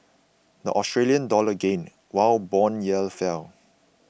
the Australian dollar gained while bond yields fell